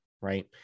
right